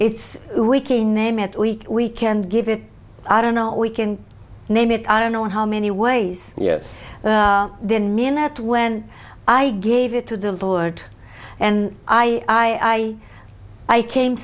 it we can name it we we can give it i don't know it we can name it i don't know how many ways then mean that when i gave it to the lord and i i came